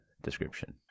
description